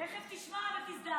תכף תשמע ותזדעזע.